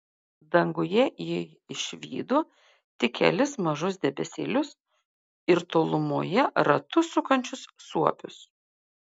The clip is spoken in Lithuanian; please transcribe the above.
danguje ji išvydo tik kelis mažus debesėlius ir tolumoje ratu sukančius suopius